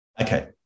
Okay